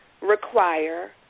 require